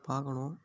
பார்க்கணும்